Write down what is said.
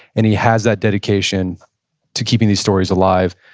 and he has that dedication to keeping these stories alive.